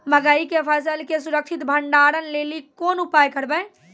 मकई के फसल के सुरक्षित भंडारण लेली कोंन उपाय करबै?